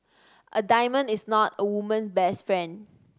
a diamond is not a woman's best friend